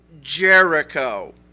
Jericho